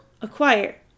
acquire